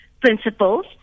principles